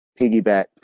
piggyback